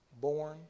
Born